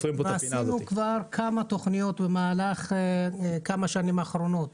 עשינו כבר כמה תוכניות במהלך השנים האחרונות